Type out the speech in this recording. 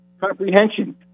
comprehension